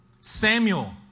Samuel